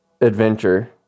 adventure